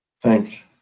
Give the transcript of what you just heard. thanks